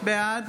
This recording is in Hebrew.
בעד